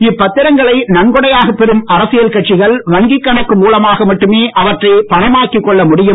இப்பத்திரங்களை நன்கொடையாகப் பெறும் அரசியல் கட்சிகள் வங்கிக் கணக்கு மூலமாக மட்டுமே அவற்றை பணமாக்கிக் கொள்ள முடியும்